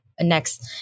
next